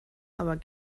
aber